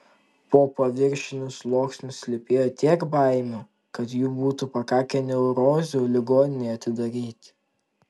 po paviršiniu sluoksniu slypėjo tiek baimių kad jų būtų pakakę neurozių ligoninei atidaryti